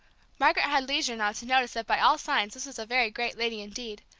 margaret had leisure now to notice that by all signs this was a very great lady indeed.